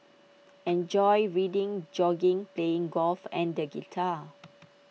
enjoys reading jogging playing golf and the guitar